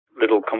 little